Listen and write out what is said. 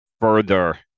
further